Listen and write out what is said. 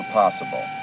possible